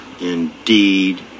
indeed